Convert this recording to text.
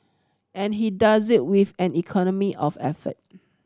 and he does this with an economy of effort